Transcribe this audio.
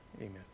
Amen